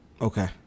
Okay